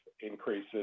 increases